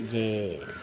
जे